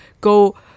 go